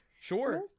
sure